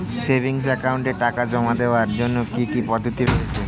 Savings একাউন্টে টাকা জমা দেওয়ার জন্য কি কি পদ্ধতি রয়েছে?